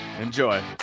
Enjoy